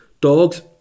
dogs